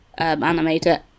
animator